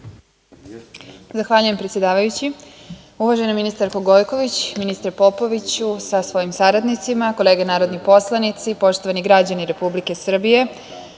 Zahvaljujem, predsedavajući. Uvažena ministarko Gojković, ministre Popoviću sa svojim saradnicima, kolege narodni poslanici, poštovani građani Republike Srbije,